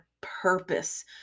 purpose